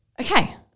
Okay